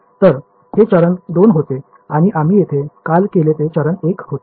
तर हे चरण 2 होते आणि आम्ही येथे काय केले ते चरण 1 होते